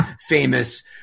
famous